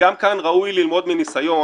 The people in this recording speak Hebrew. וגם כאן ראוי ללמוד מניסיון,